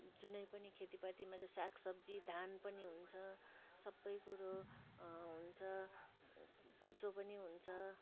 जुनै पनि खेतीपातीमा चाहिँ साग सब्जी धान पनि हुन्छ सप्पै कुरो हुन्छ कुच्चो पनि हुन्छ